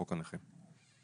בחוק הנכים.